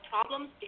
problems